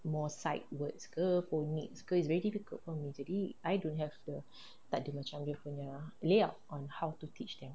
more sight words ke phonics ke it's very difficult for me to read I don't have the takde macam dia punya layout on how to teach them